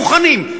מוכנים,